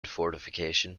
fortification